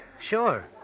Sure